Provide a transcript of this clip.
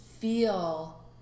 feel